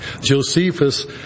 Josephus